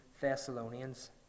Thessalonians